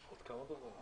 עורך דין אורית פודמסקי,